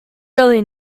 really